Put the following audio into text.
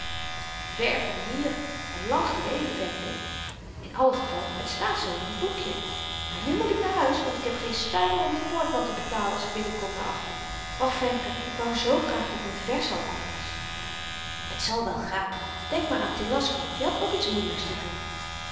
ver van hier en lang geleden femke in allen geval t staat zoo in t boekje maar nu moet ik naar huis want ik heb geen stuiver om den poortman te betalen als ik binnen kom na achten och femke ik wou zoo graag dat m'n vers al af was t zal wel gaan denk maar aan telasco die had ook iets moeielyks te doen